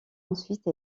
ensuite